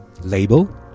label